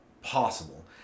possible